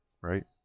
right